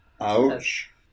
Ouch